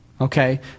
Okay